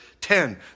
ten